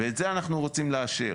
ואת זה אנחנו רוצים לאשר.